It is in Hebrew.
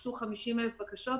הוגשו 50,000 בקשות,